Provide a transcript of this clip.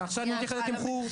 עכשיו אני אתייחס לתמחור.